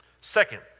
Second